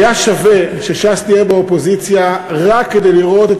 היה שווה שש"ס תהיה באופוזיציה רק כדי לראות את